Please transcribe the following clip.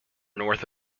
north